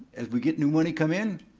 as we get new money come in,